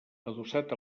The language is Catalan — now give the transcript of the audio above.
adossat